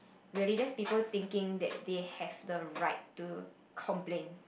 really just people thinking that they have the right to complain